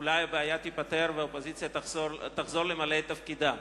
הבעיה תיפתר והאופוזיציה תחזור למלא את תפקידה,